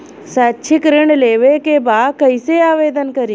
शैक्षिक ऋण लेवे के बा कईसे आवेदन करी?